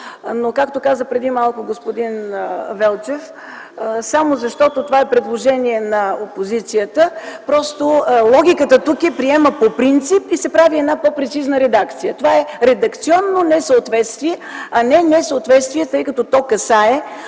а не несъответствие, тъй като то касае